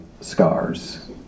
scars